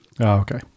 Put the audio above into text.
okay